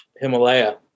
Himalaya